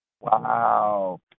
Wow